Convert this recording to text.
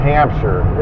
Hampshire